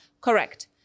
Correct